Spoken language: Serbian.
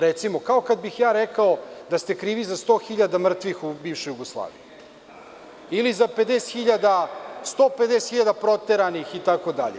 Recimo, kao kada bih ja rekao da ste krivi za 100.000 mrtvih u bivšoj Jugoslaviji ili za 150.000 proteranih, itd.